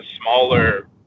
smaller